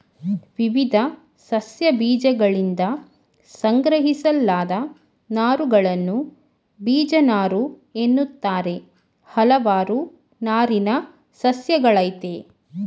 ವಿವಿಧ ಸಸ್ಯಗಳಬೀಜಗಳಿಂದ ಸಂಗ್ರಹಿಸಲಾದ ನಾರುಗಳನ್ನು ಬೀಜನಾರುಎನ್ನುತ್ತಾರೆ ಹಲವಾರು ನಾರಿನ ಸಸ್ಯಗಳಯ್ತೆ